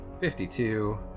52